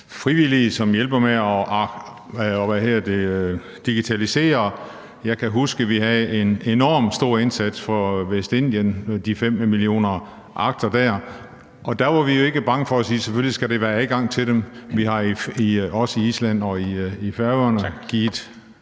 frivillige, som hjælper med at digitalisere. Jeg kan huske, at der blev gjort en enormt stor indsats i forbindelse med de 5 millioner akter fra Vestindien, og der var vi jo ikke bange for at sige, at der selvfølgelig skulle være adgang til dem. Vi har også givet arkivalier videre